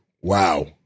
Wow